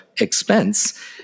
expense